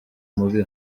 mubi